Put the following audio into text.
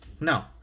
No